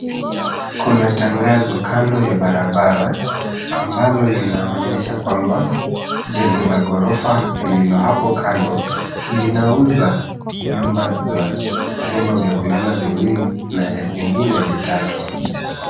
Kuna tangazo kando ya barabara ambalo linaonyesha kwamba jengo la gorofa lililo hapo kando linauza nyumba vya kulala viwili na vingine vitatu.